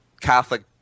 Catholic